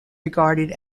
regarded